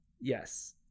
Yes